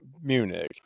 Munich